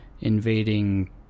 invading